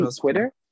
Twitter